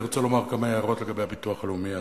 ואני רוצה לומר כמה הערות לגבי הביטוח הלאומי עצמו.